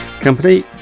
company